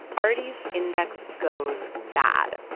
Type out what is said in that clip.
arty's index goes bad.